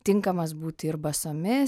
tinkamas būti ir basomis